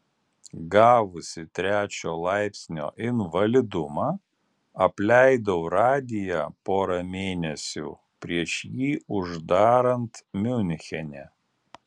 gavusi trečio laipsnio invalidumą apleidau radiją porą mėnesių prieš jį uždarant miunchene